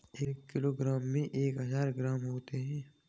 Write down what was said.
एक किलोग्राम में एक हजार ग्राम होते हैं